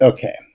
Okay